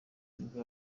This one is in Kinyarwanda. nibwo